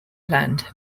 planned